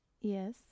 Yes